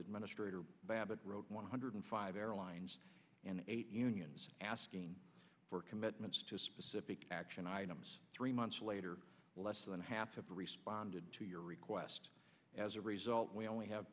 administrator babbitt wrote one hundred five airlines and eight unions asking for commitments to specific action items three months later less than half have responded to your request as a result we only have